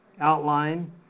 outline